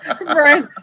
Right